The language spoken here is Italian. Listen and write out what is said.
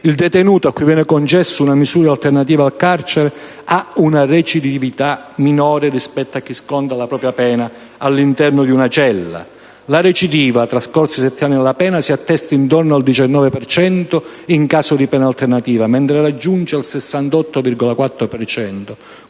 Il detenuto cui viene concessa una misura alternativa al carcere ha una recidività minore rispetto a chi sconta la propria pena all'interno di una cella: la recidiva, trascorsi sette anni dalla pena, si attesta intorno al 19 per cento in caso di pena alternativa, mentre raggiunge il 68,4